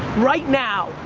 right now,